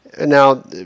now